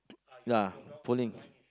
ya pulling